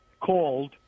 called